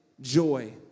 joy